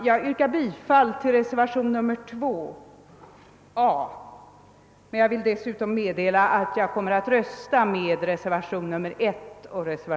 Jag yrkar bifall till reservationen nr 2 a, men jag vill dessutom meddela att jag kommer att rösta